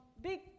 big